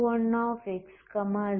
u1x0f and u2x0f